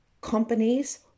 companies